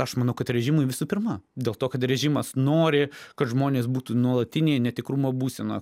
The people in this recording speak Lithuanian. aš manau kad režimui visų pirma dėl to kad režimas nori kad žmonės būtų nuolatinėj netikrumo būseno